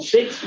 Six